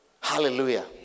Hallelujah